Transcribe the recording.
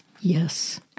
Yes